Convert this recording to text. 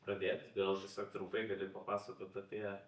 pradėt gal tiesiog trumpai gali papasakot apie